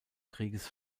krieges